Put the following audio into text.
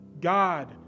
God